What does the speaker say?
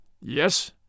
Yes